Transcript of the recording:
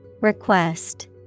Request